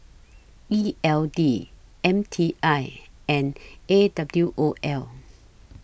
E L D M T I and A W O L